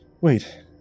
Wait